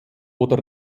oder